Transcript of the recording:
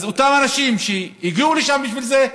אותם אנשים שהגיעו לשם בשביל זה,